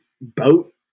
boat